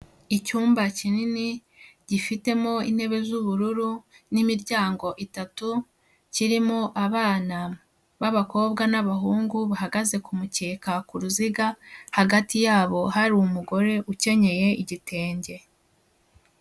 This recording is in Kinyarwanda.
Icyumba kinini, gifitemo intebe z'ubururu, n'imiryango itatu, kirimo abana b'abakobwa n'abahungu bahagaze kumukeka, ku ruziga, hagati yabo hari umugore ukenyeye igitenge.